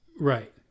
Right